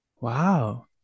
Wow